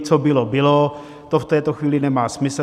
Co bylo, bylo, to v této chvíli nemá smysl.